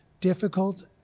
difficult